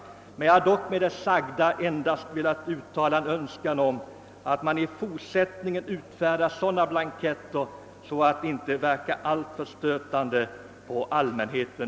Med det anförda har jag endast velat uttala en önskan om att man i fortsättningen utformar blanketterna på ett sådant sätt, att de inte verkar alltför stötande på allmänheten.